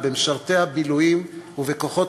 במשרתי המילואים ובכוחות